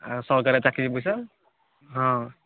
ଆଉ ସରକାରୀ ଚାକିରି ପଇସା ଆଉ ହଁ